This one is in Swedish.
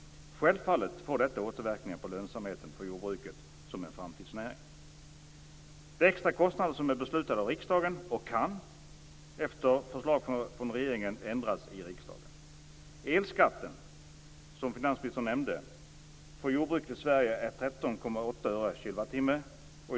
Självfallet får detta återverkningar på lönsamheten för jordbruket som en framtidsnäring. Det är extra kostnader som är beslutade av riksdagen och kan, efter förslag från regeringen, ändras i riksdagen. Elskatten, som finansministern nämnde, för jordbruket i Sverige är 13,8 öre/kWh.